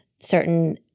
Certain